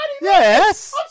Yes